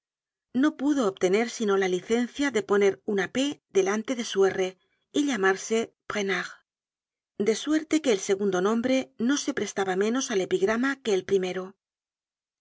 no pudo obtener sino la licencia de poner una p delante de su r y llamarse prenard de suerte que el segundo nombre no se prestaba menos al epigrama que el primero que